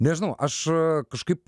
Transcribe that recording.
nežinau aš kažkaip